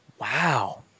Wow